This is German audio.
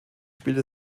spielt